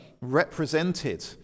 represented